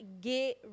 get